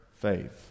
faith